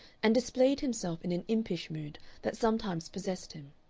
and displayed himself in an impish mood that sometimes possessed him.